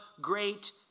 great